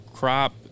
Crop